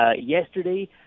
Yesterday